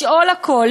לשאול הכול,